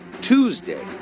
Tuesday